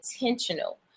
intentional